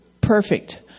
Perfect